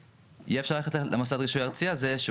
יהיה אפשר יהיה ללכת למוסד הרישוי הארצי הזה שהוא